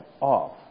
off